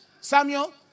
Samuel